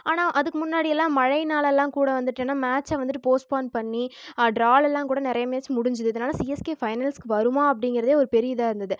ஆனால் அதுக்கு முன்னாடியெல்லாம் மழைன்னாலலாம் கூட வந்துவிட்டு என்ன மேட்ச்சை வந்துவிட்டு போஸ்ட்பாண்ட் பண்ணி ட்ராலலாம் கூட நிறைய மேட்ச் முடிஞ்சுது இதனால் சிஎஸ்கே பைனல்ஸ்க்கு வருமா அப்படிங்கிறதே ஒரு பெரிய இதாக இருந்துது